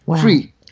free